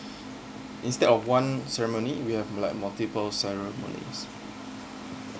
instead of one ceremony we have like multiple ceremonies